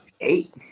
eight